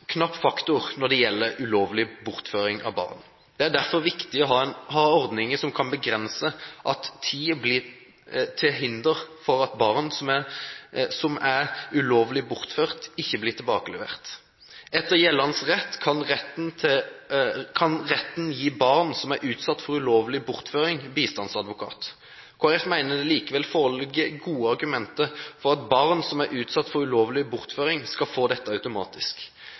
knapp faktor når det gjelder ulovlig bortføring av barn. Det er derfor viktig å ha ordninger som kan begrense at tid blir til hinder for at barn som er ulovlig bortført, blir tilbakelevert. Etter gjeldende rett kan retten gi barn som er utsatt for ulovlig bortføring, bistandsadvokat. Kristelig Folkeparti mener det likevel foreligger gode argumenter for at barn som er utsatt for ulovlig bortføring, skal få dette automatisk.